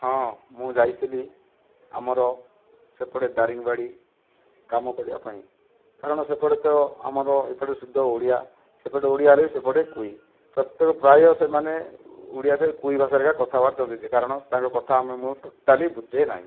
ହଁ ମୁଁ ଯାଇଥିଲି ଆମର ସେପଟେ ଦାରିଙ୍ଗବାଡ଼ି କାମ କରିବା ପାଇଁ କାରଣ ସେପଟେ ତ ଆମର ଏପଟେ ଶୁଦ୍ଧ ଓଡ଼ିଆ ସେପଟେ ଓଡ଼ିଆରେ ସେପଟେ କୁଇ ପ୍ରତ୍ୟେକ ପ୍ରାୟ ସେମାନେ ଓଡ଼ିଆ ସେ କୁଇ ଭାଷାରେ ଏକା କଥାବାର୍ତ୍ତା ହେଉଛି ଯେ କାରଣ ତାଙ୍କ କଥା ଆମେ ମୁଇଁ ଟୋଟାଲି ବୁଝେ ନାହିଁ